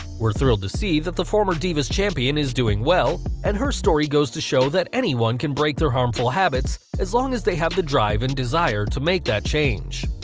we're thrilled to see that the former divas champion is doing well, as and her story goes to show that anyone can break their harmful habits, as long as they have the drive and desire to make that change.